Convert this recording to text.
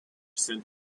sent